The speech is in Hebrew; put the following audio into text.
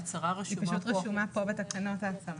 ההצהרה רשומה כאן בתקנות.